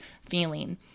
feeling